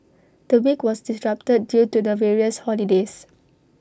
the week was disrupted due to the various holidays